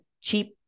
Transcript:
cheap